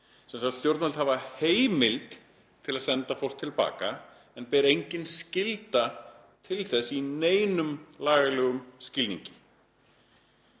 að ákveða það. Stjórnvöld hafa heimild til að senda fólk til baka en ber engin skylda til þess í neinum lagalegum skilningi.